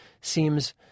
seems